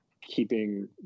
keeping